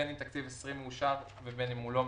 בין אם תקציב 2020 מאושר ובין אם לא.